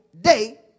day